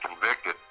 convicted